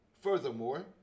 Furthermore